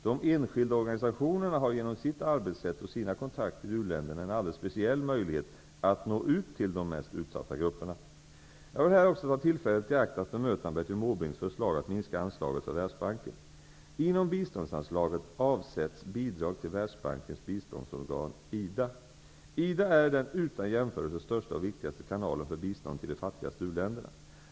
De enskilda organisationerna har genom sitt arbetssätt och sina kontakter i u-länderna en alldeles speciell möjlighet att nå ut till de mest utsatta grupperna. Jag vill här också ta tillfället i akt och bemöta Bertil är den utan jämförelse största och viktigaste kanalen för bistånd till de fattigaste u-länderna.